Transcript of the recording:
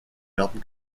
werden